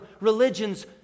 religions